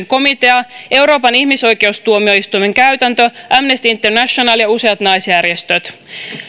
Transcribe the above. komitea euroopan ihmisoikeustuomioistuimen käytäntö amnesty international ja useat naisjärjestöt